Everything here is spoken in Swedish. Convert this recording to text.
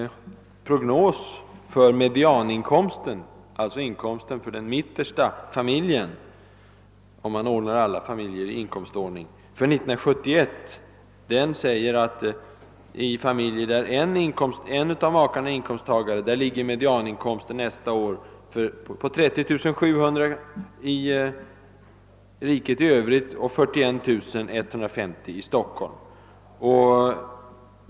En prognos för medianinkomsten 1971 — alltså för den mittersta familjens inkomst om alla familjerna kommer i inkomstordning — visar följande: I familjer där en av makarna är inkomsttagare ligger medianinkomsten på 30 700 kronor i riket i övrigt och 41150 kronor i Stockholm.